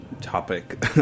topic